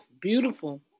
Beautiful